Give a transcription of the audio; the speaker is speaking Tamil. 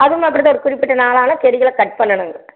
அதுவுமே அப்படி தான் இருக்கும் ஒரு குறிப்பிட்ட நாளானா செடிகளை கட் பண்ணணும்